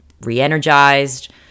re-energized